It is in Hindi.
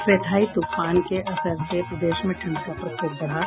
फेथाई तूफान के असर से प्रदेश में ठंड का प्रकोप बढ़ा